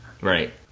Right